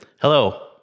Hello